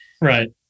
Right